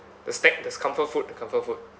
the snack there's comfort food the comfort food